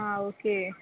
आं ओके